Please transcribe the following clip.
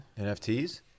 NFTs